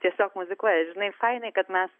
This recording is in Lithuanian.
tiesiog muzikuoja žinai fainai kad mes